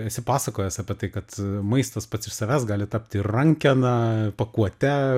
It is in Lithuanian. esi pasakojęs apie tai kad maistas pats iš savęs gali tapti rankena pakuote